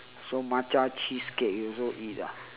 so matcha cheesecake you also eat ah